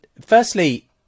Firstly